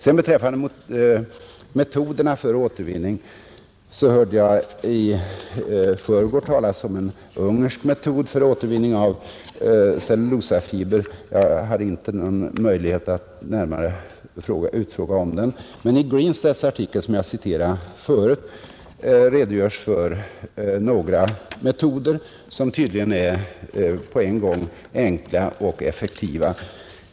Vad sedan metoderna för återvinnig beträffar hörde jag i förrgår talas om en ungersk metod att återvinna cellulosafiber. Jag hade då inte möjlighet att närmare fråga om den metoden, men i Grinsteads artikel som jag tidigare citerade redogörs för några metoder, som tydligen är på en gång enkla och effektiva.